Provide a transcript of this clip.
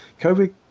covid